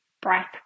breath